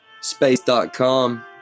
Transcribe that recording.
Space.com